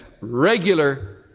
regular